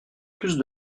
plus